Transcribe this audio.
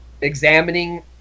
examining